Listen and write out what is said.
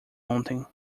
ontem